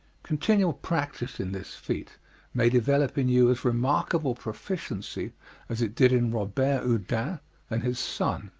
continual practise in this feat may develop in you as remarkable proficiency as it did in robert houdin and and his son.